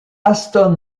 aston